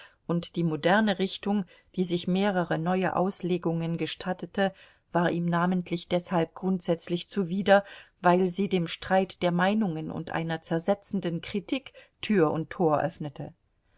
und die moderne richtung die sich mehrere neue auslegungen gestattete war ihm namentlich deshalb grundsätzlich zuwider weil sie dem streit der meinungen und einer zersetzenden kritik tür und tor öffnete